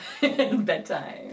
bedtime